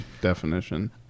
definition